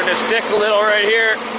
stick a little right here.